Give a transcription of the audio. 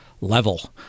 level